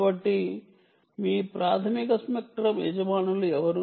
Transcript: కాబట్టి మీ ప్రాధమిక స్పెక్ట్రం యజమానులు ఎవరు